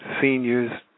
seniors